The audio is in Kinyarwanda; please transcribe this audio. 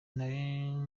nari